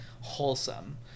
wholesome